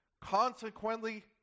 Consequently